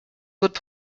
wird